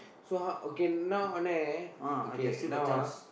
so how okay now அண்ணன்:annan okay now ah